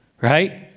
right